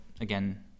again